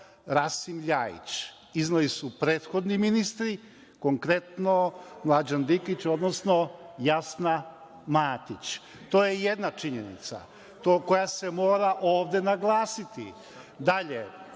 Rasim LJajić, izneli su prethodni ministri, konkretno Mlađan Dinkić, odnosno Jasna Matić. To je jedna činjenica koja se mora ovde naglasiti. Dalje,